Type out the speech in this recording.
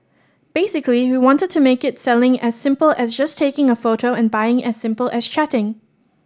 basically we wanted to make it selling as simple as just taking a photo and buying as simple as chatting